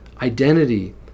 identity